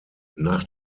nach